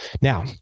Now